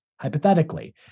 hypothetically